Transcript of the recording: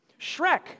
Shrek